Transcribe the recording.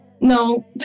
No